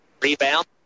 rebound